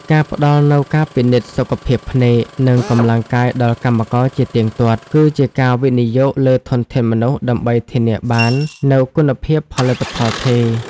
ការផ្តល់នូវការពិនិត្យសុខភាពភ្នែក និងកម្លាំងកាយដល់កម្មករជាទៀងទាត់ គឺជាការវិនិយោគលើធនធានមនុស្សដើម្បីធានាបាននូវគុណភាពផលិតផលថេរ។